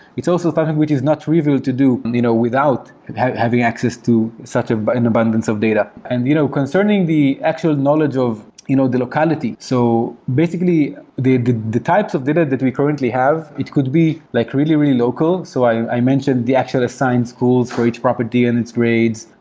it's also something which is not trivial to do you know without and having access to such ah but an abundance of data. and you know concerning the actual knowledge of you know the locality. so basically the the types of data that we currently have, it could be like really, really local. so i mentioned the actual assigned schools for each property and its grades.